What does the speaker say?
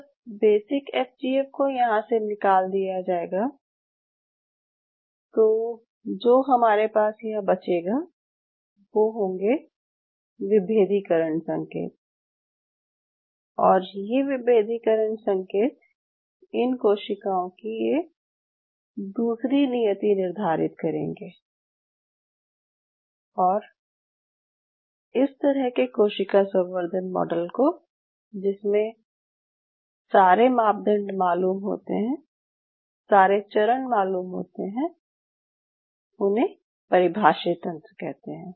जब basic F G F को यहाँ से निकाल दिया जाएगा तो जो हमारे पास यहाँ बचेगा वो होंगे विभेदीकरण संकेत और ये विभेदीकरण संकेत इन कोशिकाओं की ये दूसरी नियति निर्धारित करेंगे और इस तरह के कोशिका संवर्धन मॉडल को जिसके सारे मापदंड मालूम होते हैं सारे चरण मालूम होते हैं उन्हें परिभाषित तंत्र कहते हैं